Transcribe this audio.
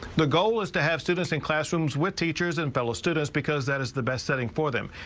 the goal is to have students in classrooms with teachers and fellow students because that is the best setting for them.